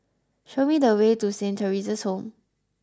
show me the way to Saint Theresa's Home